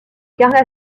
carla